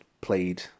played